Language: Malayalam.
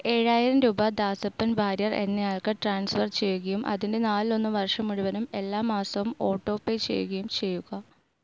ഏഴായിരം രൂപ ദാസപ്പൻ വാര്യർ എന്നയാൾക്ക് ട്രാൻസ്ഫർ ചെയ്യുകയും അതിൻ്റെ നാലിലൊന്ന് വർഷം മുഴുവനും എല്ലാ മാസം ഓട്ടോ പേ ചെയ്യുകയും ചെയ്യുക